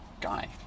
guy